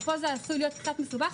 ופה זה עשוי להיות קצת מסובך,